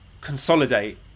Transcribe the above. consolidate